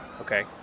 okay